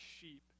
sheep